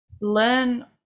Learn